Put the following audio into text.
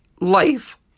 life